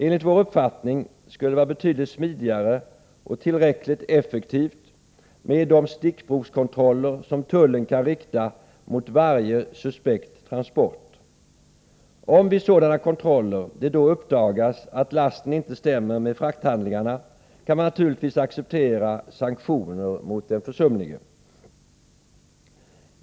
Enligt vår uppfattning skulle det vara betydligt smidigare och tillräckligt effektivt med de stickprovskontroller som tullen kan rikta mot varje suspekt transport. Om det vid sådana kontroller uppdagas att lasten inte stämmer med frakthandlingarna, kan man naturligtvis acceptera sanktioner mot den försumlige.